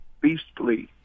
Beastly